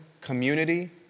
community